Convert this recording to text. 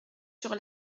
sur